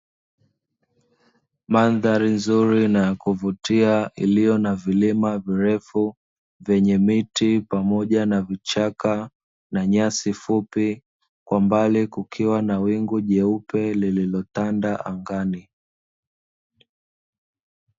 Mandhari nzuri na ya kuvutia iliyo na vilima virefu vyenye miti, pamoja na vichaka na nyasi fupi, kwa mbali kukiwa na wingu jeupe lililotanda angani.